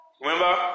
Remember